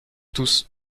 tous